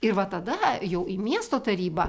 ir va tada jau į miesto tarybą